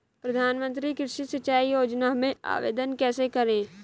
प्रधानमंत्री कृषि सिंचाई योजना में आवेदन कैसे करें?